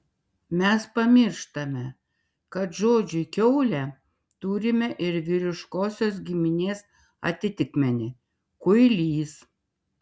mes pamirštame kad žodžiui kiaulė turime ir vyriškosios giminės atitikmenį kuilys